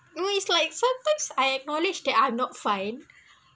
I mean it's like sometimes I acknowledged that I'm not fine